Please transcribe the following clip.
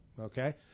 Okay